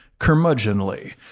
curmudgeonly